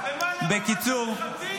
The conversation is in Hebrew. -- תמנה לי מעשה אחד שיו"ר המפלגה שלך